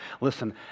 Listen